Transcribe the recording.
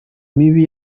mibi